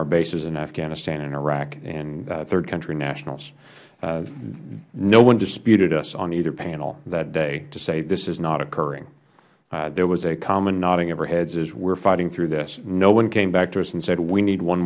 our bases in afghanistan and iraq and third country nationals no one disputed us on either panel that day to say this is not occurring there was a common nodding of our heads as we are fighting through this no one came back to us and said we need one